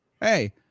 hey